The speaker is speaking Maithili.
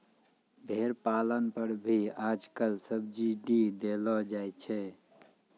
भेड़ पालन पर भी आजकल सब्सीडी देलो जाय छै